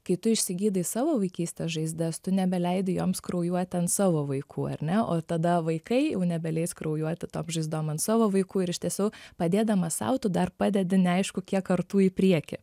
kai tu išsigydai savo vaikystės žaizdas tu nebeleidi joms kraujuoti ant savo vaikų ar ne o tada vaikai jau nebeleis kraujuoti tom žaizdom ant savo vaikų ir iš tiesų padėdamas sau tu dar padedi neaišku kiek kartų į priekį